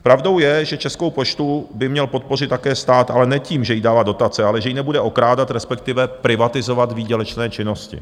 Pravdou je, že Českou poštu by měl podpořit také stát, ale ne tím, že jí dává dotace, ale že ji nebude okrádat, respektive privatizovat výdělečné činnosti.